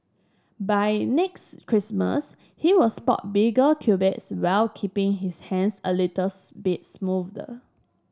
by next Christmas he will spot bigger biceps while keeping his hands a little spit smoother